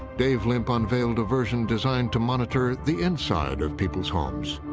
dave limp unveiled a version designed to monitor the inside of people's homes.